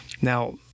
Now